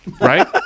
Right